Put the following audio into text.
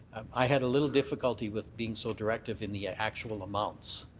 i had a little difficulty with being so directive in the ah actual amounts.